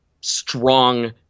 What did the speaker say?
strong